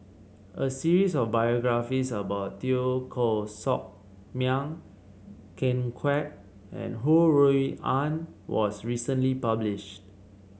a series of biographies about Teo Koh Sock Miang Ken Kwek and Ho Rui An was recently published